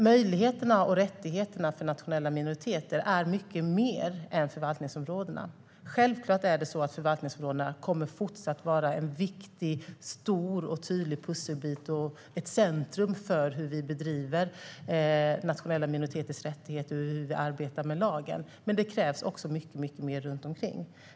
Möjligheterna och rättigheterna för nationella minoriteter är mycket mer än förvaltningsområdena. Självklart kommer dessa områden att fortsätta att vara en viktig och tydlig pusselbit och ett centrum för hur vi arbetar med nationella minoriteters rättigheter och med lagen. Men det krävs mycket mer runt omkring.